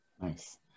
Nice